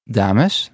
dames